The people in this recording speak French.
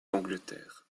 d’angleterre